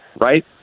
Right